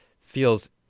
feels